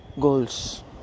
goals